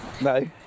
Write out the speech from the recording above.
no